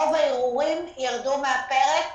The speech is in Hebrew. רוב הערעורים ירדו מהפרק,